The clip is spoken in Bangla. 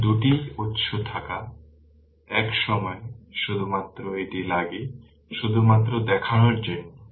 কারণ 3টি উত্স থাকা এক সময়ে শুধুমাত্র একটি লাগে শুধুমাত্র দেখানোর জন্য